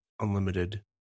unlimited